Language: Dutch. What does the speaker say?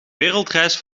wereldreis